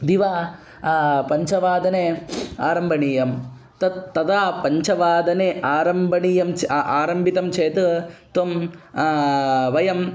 दिवे पञ्चवादने आरम्भणीयं तत् तदा पञ्चवादने आरम्भणीयञ्च अ आरभ्यते चेत् त्वं वयं